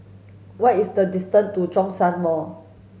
what is the distance to Zhongshan Mall